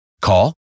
Call